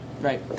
right